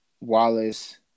Wallace